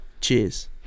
cheers